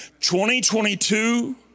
2022